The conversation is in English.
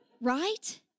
right